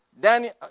Daniel